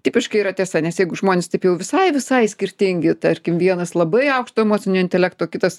tipiškai yra tiesa nes jeigu žmonės taip jau visai visai skirtingi tarkim vienas labai aukšto emocinio intelekto kitas